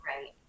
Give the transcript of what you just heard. Right